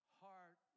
heart